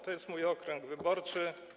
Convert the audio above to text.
To jest mój okręg wyborczy.